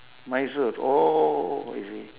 mysore oh I see